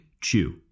Chew